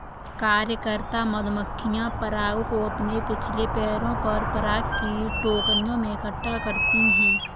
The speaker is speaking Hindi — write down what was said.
कार्यकर्ता मधुमक्खियां पराग को अपने पिछले पैरों पर पराग की टोकरियों में इकट्ठा करती हैं